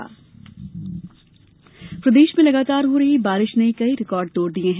मौसम प्रदेश में लगातार हो रही बारिश ने कई रिकॉर्ड तोड़ दिये हैं